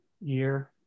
year